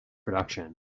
production